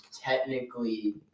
technically